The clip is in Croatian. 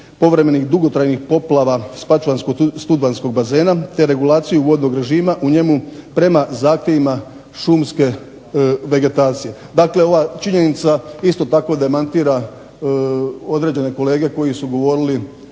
povremenih dugotrajnih poplava spačvansko …/Govornik se ne razumije./… bazena, te regulaciju vodnog režima u njemu prema zahtjevima šumske vegetacije. Dakle, ova činjenica isto tako demantira određene kolege koji su govorili